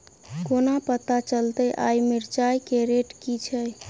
कोना पत्ता चलतै आय मिर्चाय केँ रेट की छै?